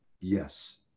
Yes